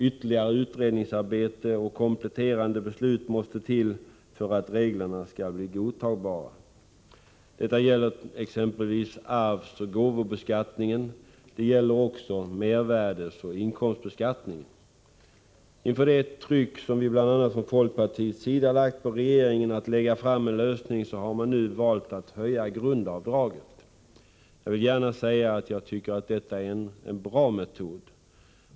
Ytterligare utredningsarbete och kompletterande beslut måste till för att reglerna skall bli godtagbara. Detta gäller exempelvis arvsoch gåvobeskattningen. Det gäller också mervärdeoch inkomstbeskattningen. Inför det tryck som bl.a. vi från folkpartiet utövar på regeringen när det gäller att lägga fram förslag till en lösning har man nu valt att höja grundavdraget. Jag vill gärna säga att jag tycker att det är en bra metod.